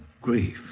grief